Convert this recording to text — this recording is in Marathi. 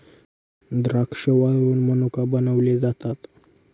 द्राक्षे वाळवुन मनुका बनविले जातात